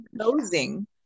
closing